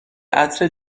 عطر